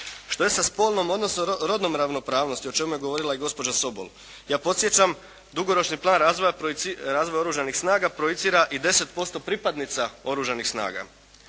Što je sa spolnom odnosno rodnom ravnopravnosti o čemu je govorila i gospođa Sobol. Ja podsjećam, dugoročni plan razvoja Oružanih snaga projicira i 10% pripadnica Oružanih snaga.